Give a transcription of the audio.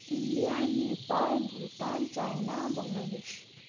India Nepal Bhutan China Bangladesh